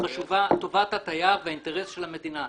חשובה טובת התייר והאינטרס של המדינה.